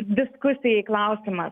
diskusijai klausimas